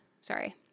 Sorry